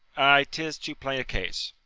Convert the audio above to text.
ay tis too plain a case.